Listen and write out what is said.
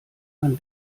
man